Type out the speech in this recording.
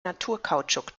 naturkautschuk